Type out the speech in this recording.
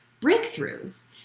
breakthroughs